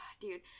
dude